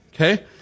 Okay